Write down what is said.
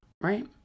Right